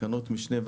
תקנות המשנה,